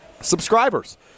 subscribers